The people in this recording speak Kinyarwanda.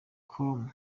com